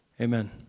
amen